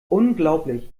unglaublich